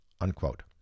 unquote